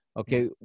okay